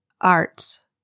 Arts